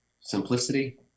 Simplicity